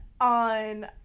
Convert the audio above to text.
on